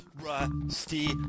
Rusty